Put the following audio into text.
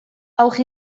auch